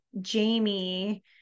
Jamie